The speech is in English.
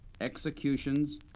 executions